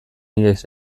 ihes